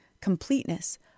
completeness